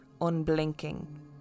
unblinking